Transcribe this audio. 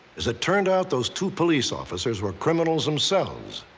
as it turned out, those two police officers were criminals themselves.